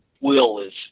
Willis